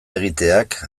egiteak